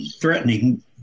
threatening